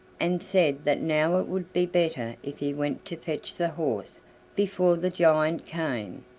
and said that now it would be better if he went to fetch the horse before the giant came.